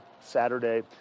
Saturday